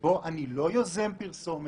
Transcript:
שבו אני לא יוזם פרסומת.